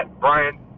Brian